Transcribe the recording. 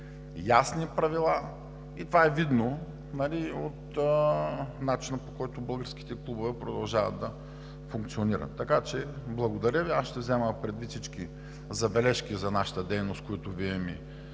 ясни правила и това е видно от начина, по който българските клубове продължават да функционират. Така че благодаря Ви, аз ще взема предвид всички забележки за нашата дейност, които Вие